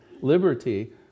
liberty